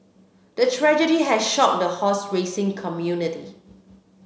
the tragedy had shocked the horse racing community